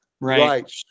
right